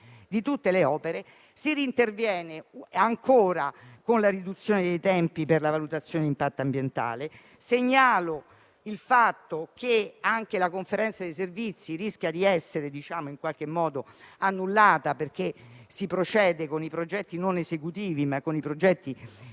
di tutte le opere si intervenga con la riduzione dei tempi per la valutazione all'impatto ambientale. Segnalo che anche la Conferenza dei servizi rischia di essere annullata, perché si procede con progetti non esecutivi ma di